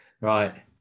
Right